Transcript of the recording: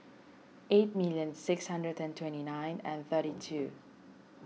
eight million six hundred and twenty nine and thirty two